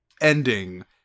ending